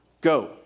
go